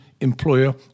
employer